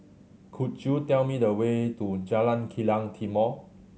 could you tell me the way to Jalan Kilang Timor